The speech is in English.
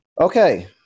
Okay